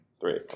Three